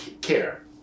care